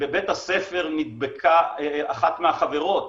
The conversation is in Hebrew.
שבבית הספר נדבקה אחת מהחברות,